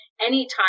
anytime